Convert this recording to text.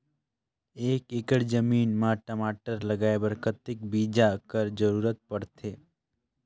एक एकड़ जमीन म टमाटर लगाय बर कतेक बीजा कर जरूरत पड़थे?